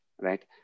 right